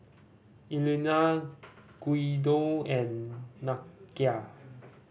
Elna Guido and Nakia